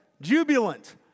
jubilant